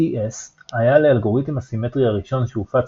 DES היה לאלגוריתם הסימטרי הראשון שהופץ